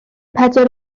pedwar